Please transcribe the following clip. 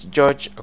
George